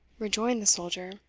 rejoined the soldier.